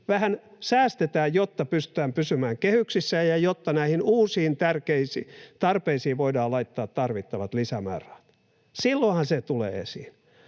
vähän säästetään, jotta pystytään pysymään kehyksissä ja jotta näihin uusiin tärkeisiin tarpeisiin voidaan laittaa tarvittavat lisämäärärahat. Silloinhan se tulee esiin.